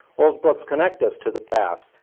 old books connect us to the past,